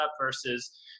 versus